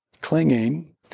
clinging